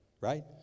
right